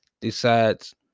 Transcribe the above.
decides